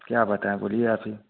क्या बताएँ बोलिए आप ही